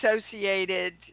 associated